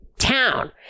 Town